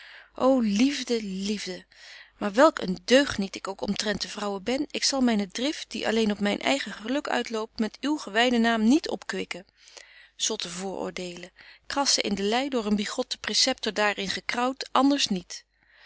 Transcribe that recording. ô liefde liefde maar welk een deugeniet ik ook omtrent de vrouwen ben ik zal myne drift die alleen op myn eigen geluk uitloopt met uw gewyden naam niet opkwikken zotte vooroordeelen krassen in de lei door een bigotten praeceptor daar in gekraaut anders niet